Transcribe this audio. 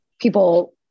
people